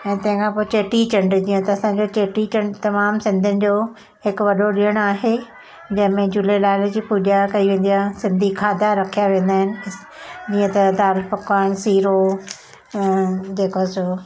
ऐं तंहिंखां पोइ चेटी चंडु जीअं त असांजो चेटी चंडु तमामु सिंधियुनि जो हिकु वॾो ॾिणु आहे जंहिं में झूलेलाल जी पूॼा कई वेंदी आहे सिंधी खाधा रखिया वेंदा आहिनि जीअं त दाल पकवान सीरो जेको आहे सो